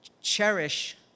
Cherish